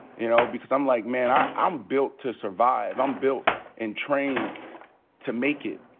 you know, because i'm, like, man, ah i'm built to survive. i'm built and trained to make it.